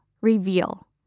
Reveal